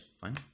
Fine